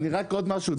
אני רק עוד משהו,